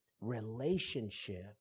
relationship